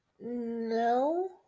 No